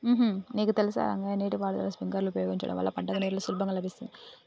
నీకు తెలుసా రంగయ్య నీటి పారుదల స్ప్రింక్లర్ ఉపయోగించడం వల్ల పంటకి నీరు సులభంగా లభిత్తుంది